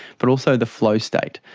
but also the flow state,